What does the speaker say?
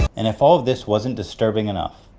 and if all of this wasn't disturbing enough,